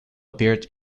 appeared